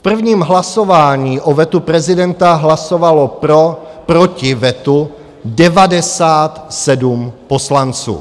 V prvním hlasování o vetu prezidenta hlasovalo proti vetu 97 poslanců.